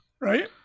Right